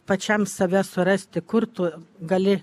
pačiam save surasti kur tu gali